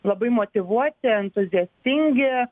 labai motyvuoti entuziastingi